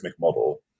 model